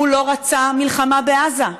הוא לא רצה מלחמה בעזה,